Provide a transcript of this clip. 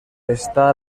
està